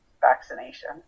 vaccination